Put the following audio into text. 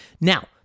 Now